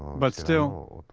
but still,